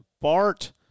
Bart